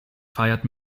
feiert